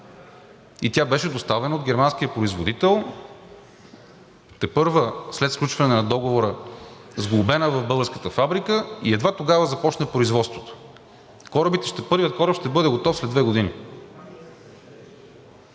и тя беше доставена от германския производител тепърва след сключване на договора, сглобена в българската фабрика и едва тогава започна производството. Първият кораб ще бъде готов след две години,